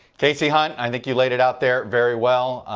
kasie hunt, i think you laid it out there very well.